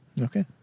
Okay